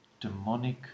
demonic